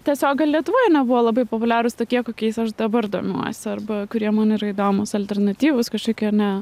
tiesiog gal lietuvoj nebuvo labai populiarūs tokie kokiais aš dabar domiuosi arba kurie man yra įdomūs alternatyvūs kažkokie ne